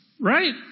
right